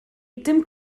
dim